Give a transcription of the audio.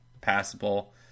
passable